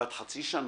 בת חצי שנה,